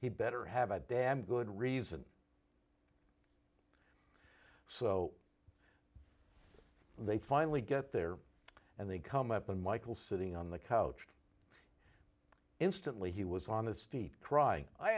he'd better have a damn good reason so they finally get there and they come up and michael sitting on the couch instantly he was on his feet crying i